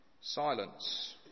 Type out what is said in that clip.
silence